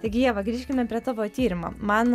taigi ieva grįžkime prie tavo tyrimo man